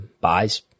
buys